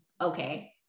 okay